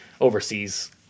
overseas